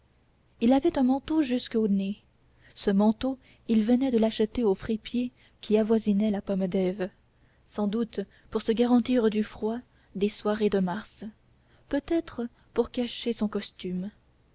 il avait un manteau jusqu'au nez ce manteau il venait de l'acheter au fripier qui avoisinait la pomme d'ève sans doute pour se garantir du froid des soirées de mars peut-être pour cacher son costume